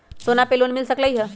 सोना से लोन मिल सकलई ह?